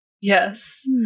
Yes